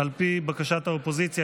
על פי בקשת האופוזיציה,